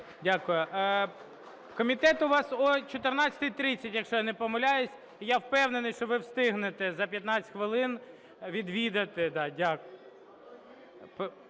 Дякую. Комітет у вас о 14:30, якщо я не помиляюся, і я впевнений, що ви встигнете за 15 хвилин відвідати. Ставлю